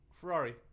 Ferrari